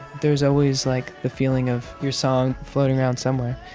there's always, like, the feeling of your song floating around somewhere.